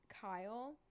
kyle